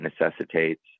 necessitates